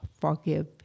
forgive